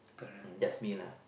um that's me lah